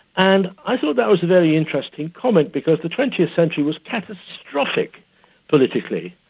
and i thought that was a very interesting comment, because the twentieth century was catastrophic politically,